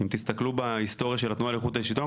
אם תסתכלו בהיסטוריה של התנועה לאיכות השלטון,